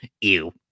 Ew